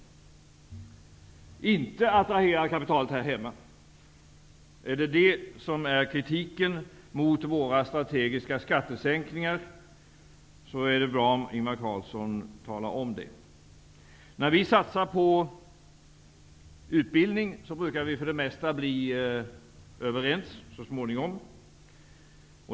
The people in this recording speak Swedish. Vi skulle alltså inte attrahera kapitalet här hemma. Om detta är den kritik man har mot våra strategiska skattesänkningar, är det bra om Ingvar Carlsson talar om det. När vi satsar på utbildning brukar vi för det mesta bli överens så småningom.